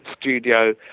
studio